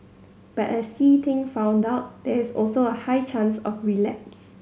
but as See Ting found out there is also a high chance of relapse